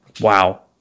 Wow